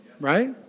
right